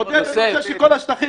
עודד, אני רוצה שכל השטחים